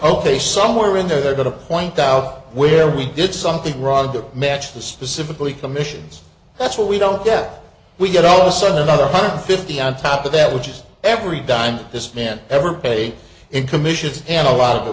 ok somewhere in there they're going to point out where we did something wrong to match the specifically commissions that's what we don't get we get all of a sudden another hundred fifty on top of that which is every dime it's been ever paid in commissions and a lot of it